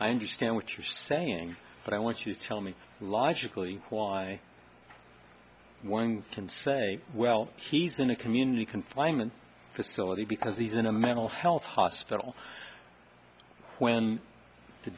i understand what you're saying but i want you to tell me lies usually why one can say well he's in a community confinement facility because he's in a mental health hospital when t